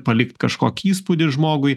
palikt kažkokį įspūdį žmogui